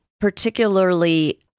particularly